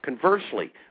Conversely